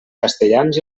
castellans